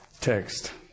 text